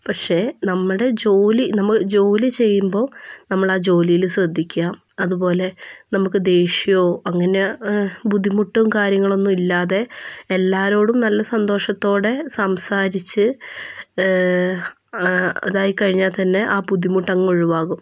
പക്ഷെ നമ്മുടെ ജോലി നമ്മൾ ജോലി ചെയ്യുമ്പോൾ നമ്മൾ ആ ജോലിയിൽ ശ്രദ്ധിക്കുക അതുപോലെ നമുക്ക് ദേഷ്യമോ അങ്ങനെ ബുദ്ധിമുട്ടും കാര്യങ്ങളൊന്നും ഇല്ലാതെ എല്ലാവരോടും നല്ല സന്തോഷത്തോടെ സംസാരിച്ച് അതായി കഴിഞ്ഞാൽ തന്നെ ആ ബുദ്ധിമുട്ട് അങ്ങ് ഒഴിവാകും